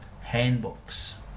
Handbooks